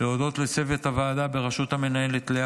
להודות לצוות הוועדה בראשות המנהלת לאה